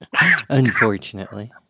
Unfortunately